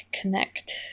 connect